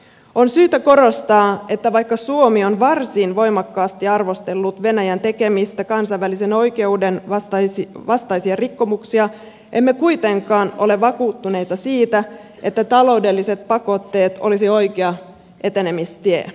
on syytä korostaa että vaikka suomi on varsin voimakkaasti arvostellut venäjän tekemiä kansainvälisen oikeuden vastaisia rikkomuksia emme kuitenkaan ole vakuuttuneita siitä että taloudelliset pakotteet olisivat oikea etenemistie